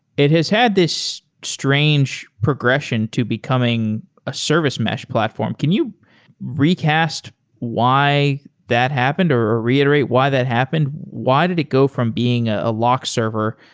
it has had this strange progression to becoming a service mesh platform. can you recast why that happened or or re iterate why that happened? why did it go from being a lock server,